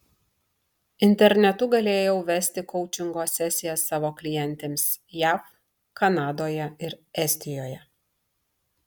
internetu galėjau vesti koučingo sesijas savo klientėms jav kanadoje ir estijoje